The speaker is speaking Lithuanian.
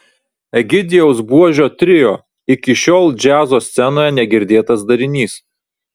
egidijaus buožio trio iki šiol džiazo scenoje negirdėtas darinys